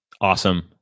Awesome